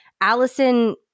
Allison